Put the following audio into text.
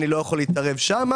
אני לא יכול להתערב שם.